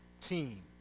team